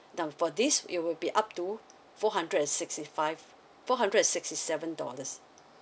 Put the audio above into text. now this it will be up to four hundred and sixty five four hundred and sixty seven dollars